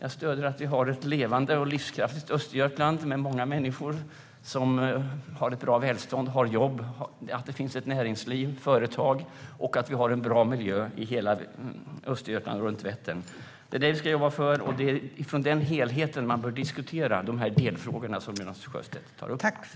Jag stöder att vi har ett levande och livskraftigt Östergötland med många människor, bra välstånd, jobb, näringsliv och företag. Jag vill att vi ska ha en bra miljö i hela Östergötland och runt Vättern. Det är det vi ska jobba för, och det är med den helheten i åtanke man bör diskutera de delfrågor som Jonas Sjöstedt tar upp.